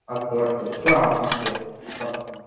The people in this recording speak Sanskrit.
अस्तु अस्तु पुनःअस्तु